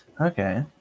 Okay